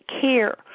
care